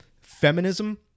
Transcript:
Feminism